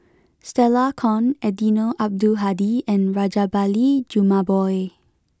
Stella Kon Eddino Abdul Hadi and Rajabali Jumabhoy